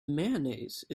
mayonnaise